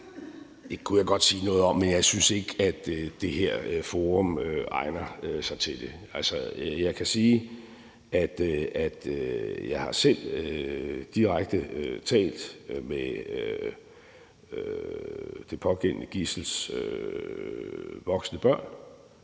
Det kunne jeg godt sige noget om, men jeg synes ikke, at det her forum egner sig til det. Altså, jeg kan sige, at jeg selv har talt direkte med det pågældende gidsels voksne børn